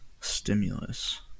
stimulus